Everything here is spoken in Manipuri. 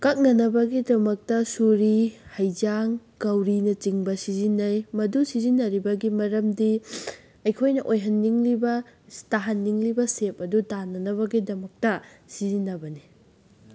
ꯀꯛꯅꯅꯕꯒꯤꯗꯃꯛꯇ ꯁꯣꯔꯤ ꯍꯩꯖꯥꯡ ꯒꯧꯔꯤꯅ ꯆꯤꯡꯕ ꯁꯤꯖꯤꯟꯅꯩ ꯃꯗꯨ ꯁꯤꯖꯤꯟꯅꯔꯤꯕꯒꯤ ꯃꯔꯝꯗꯤ ꯑꯩꯈꯣꯏꯅ ꯑꯣꯏꯍꯟꯅꯤꯡꯂꯤꯕ ꯇꯥꯍꯟꯅꯤꯡꯂꯤꯕ ꯁꯦꯞ ꯑꯗꯨ ꯇꯥꯅꯅꯕꯒꯤꯗꯃꯛꯇ ꯁꯤꯖꯤꯟꯅꯕꯅꯤ